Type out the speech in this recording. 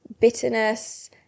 bitterness